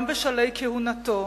גם בשלהי כהונתו,